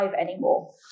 anymore